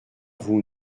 vous